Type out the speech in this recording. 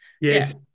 Yes